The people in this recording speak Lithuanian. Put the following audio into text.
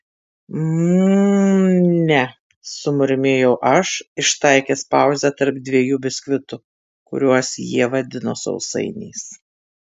mm ne sumurmėjau aš ištaikęs pauzę tarp dviejų biskvitų kuriuos jie vadino sausainiais